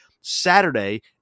Saturday